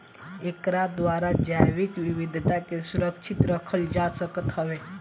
एकरा द्वारा जैविक विविधता के सुरक्षित रखल जा सकत हवे